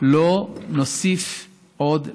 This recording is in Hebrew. לא נוסיף עוד לדאבה.